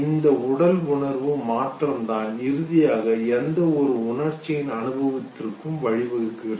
இந்த உடல் உணர்வு மாற்றம் தான் இறுதியாக எந்தவொரு உணர்ச்சியின் அனுபவத்திற்கும் வழிவகுக்கிறது